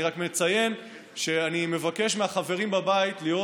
אני רק מציין שאני מבקש מהחברים בבית להיות